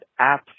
apps